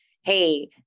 hey